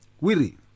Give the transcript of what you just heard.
weary